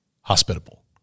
hospitable